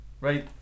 Right